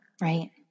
Right